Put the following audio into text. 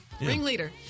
ringleader